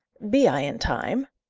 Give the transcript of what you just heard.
be i in time?